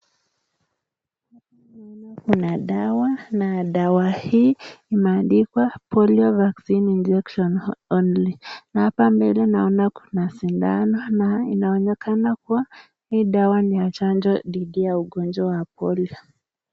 Kuna dawa na dawa hii imeandikwa polio vaccine injection only . na hapa mbale anaona kuna shindano na inaonekana kuwa hii dawa ni ya chanjo dhidi ya ugonjwa wa polio